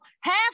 half